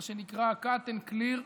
מה שנקרא cut and clear,